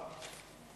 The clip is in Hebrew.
להצבעה.